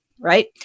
right